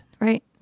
Right